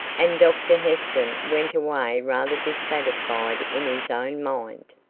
and dr heston went away rather dissatisfied in his own mind.